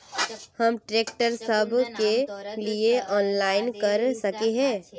हम ट्रैक्टर सब के लिए ऑनलाइन कर सके हिये?